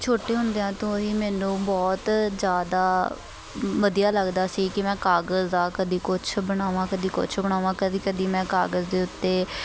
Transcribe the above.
ਛੋਟੇ ਹੁੰਦਿਆਂ ਤੋਂ ਹੀ ਮੈਨੂੰ ਬਹੁਤ ਜ਼ਿਆਦਾ ਵਧੀਆ ਲੱਗਦਾ ਸੀ ਕਿ ਮੈਂ ਕਾਗਜ਼ ਦਾ ਕਦੀ ਕੁਛ ਬਣਾਵਾਂ ਕਦੇ ਕੁਛ ਬਣਾਵਾਂ ਕਦੇ ਕਦੇ ਮੈਂ ਕਾਗਜ਼ ਦੇ ਉੱਤੇ